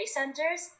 centers